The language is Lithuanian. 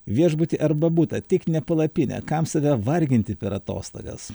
viešbutį arba butą tik ne palapinę kam save varginti per atostogas